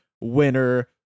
winner